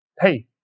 Hey